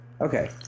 Okay